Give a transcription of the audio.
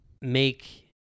make